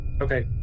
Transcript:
okay